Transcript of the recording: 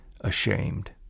ashamed